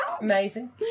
amazing